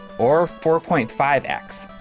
or four point five x,